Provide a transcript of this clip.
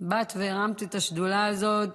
באת והרמת את השדולה הזאת